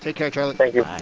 take care, charlie thank you